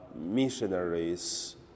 missionaries